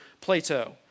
Plato